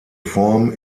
form